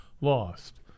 lost